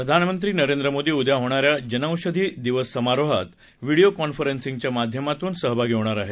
प्रधानमंत्री नरेंद्र मोदी उद्या होणाऱ्या जनौषधी दिवस समारोहात व्हिडिओ कॉन्फरन्सिंगच्या माध्यमातून सहभागी होणार आहे